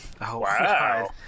wow